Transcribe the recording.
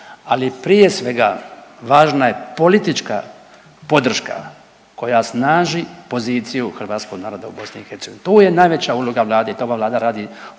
Ali prije svega važna je politička podrška koja snaži poziciju hrvatskog naroda u BiH, tu je najveća uloga vlade i to ova vlada radi